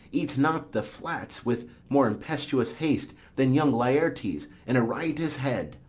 eats not the flats with more impetuous haste than young laertes, in a riotous head,